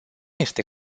este